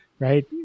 right